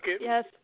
Yes